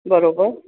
बरोबर